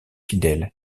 fidèles